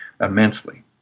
immensely